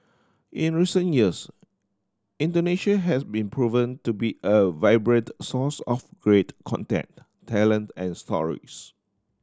in recent years Indonesia has been proven to be a vibrant source of great content talent and stories